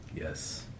Yes